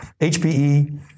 HPE